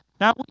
Now